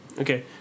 Okay